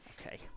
Okay